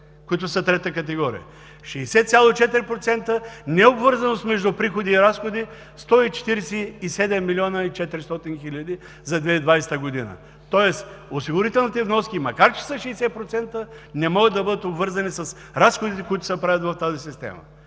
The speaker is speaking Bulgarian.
които са трета категория, 60,4% не е обвързано между приходи и разходи – 147 млн. 400 хил. лв. са за 2020 г. Тоест осигурителните вноски, макар че са 60%, не могат да бъдат обвързани с разходите, които се правят в тази система.